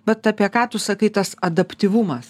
vat apie ką tu sakai tas adaptyvumas